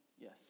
yes